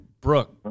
Brooke